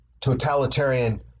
totalitarian